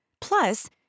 Plus